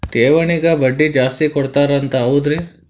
ಠೇವಣಿಗ ಬಡ್ಡಿ ಜಾಸ್ತಿ ಕೊಡ್ತಾರಂತ ಹೌದ್ರಿ?